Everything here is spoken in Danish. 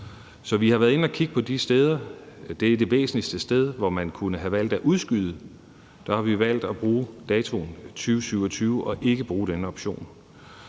Så vi har været inde at kigge på de steder – og det er det væsentligste sted – hvor man kunne have valgt at udskyde, og der har vi valgt at bruge årstallet 2027 og ikke at bruge denne option.